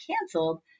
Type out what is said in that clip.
canceled